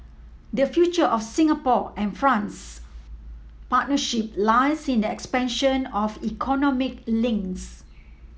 the future of Singapore and France's partnership lies in the expansion of economic links